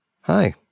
Hi